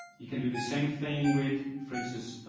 he can do the same thing with, for instance,